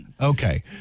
Okay